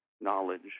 knowledge